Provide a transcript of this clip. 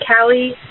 Callie